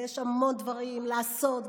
ויש המון דברים לעשות,